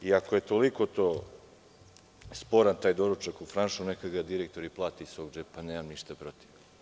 Ako je toliko sporan taj doručak u „Franšu“, neka ga direktori plate iz svog džepa, nemam ništa protiv.